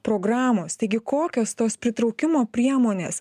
programos taigi kokios tos pritraukimo priemonės